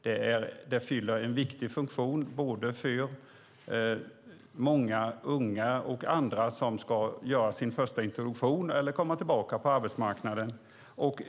Det fyller en viktig funktion både för många unga och för andra som ska göra sin första introduktion eller komma tillbaka på arbetsmarknaden.